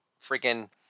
freaking